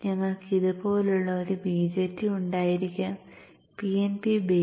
ഞങ്ങൾക്ക് ഇതുപോലുള്ള ഒരു BJT ഉണ്ടായിരിക്കാം PNP ബെയിസ്